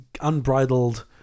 Unbridled